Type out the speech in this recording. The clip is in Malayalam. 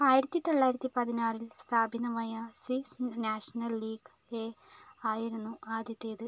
ആയിരത്തി തൊള്ളായിരത്തി പതിനാറിൽ സ്ഥാപിതമായ സ്വിസ് നാഷണൽ ലീഗ് എ ആയിരുന്നു ആദ്യത്തേത്